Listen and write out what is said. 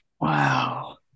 Wow